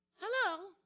Hello